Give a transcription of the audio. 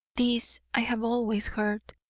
this i have always heard,